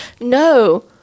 no